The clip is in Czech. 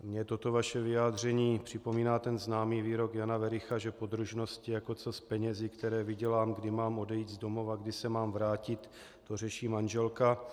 Mně toto vaše vyjádření připomíná ten známý výrok Jana Wericha, že podružnosti jako co s penězi, které vydělám, kdy mám odejít z domova, kdy se mám vrátit, to řeší manželka.